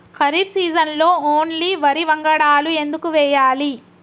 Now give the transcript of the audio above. ఖరీఫ్ సీజన్లో ఓన్లీ వరి వంగడాలు ఎందుకు వేయాలి?